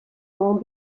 mont